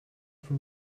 from